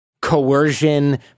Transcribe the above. coercion